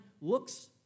looks